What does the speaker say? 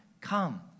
Come